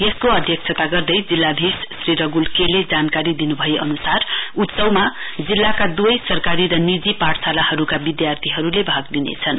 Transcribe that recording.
यसको अध्यक्षता गर्दै जिल्लाधीश श्री रग्ल के ले जानकारी दिनुभए अनुसार उत्सवमा जिल्लाका दुवै सरकारी र नीजि पाठशालाहरूका विद्यार्थीहरूले भाग लिनेछन्